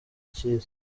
cy’isi